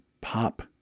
pop